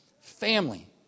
Family